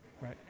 right